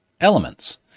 elements